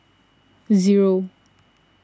zero